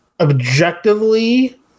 objectively